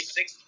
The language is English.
Six